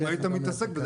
אם היית מתעסק בזה,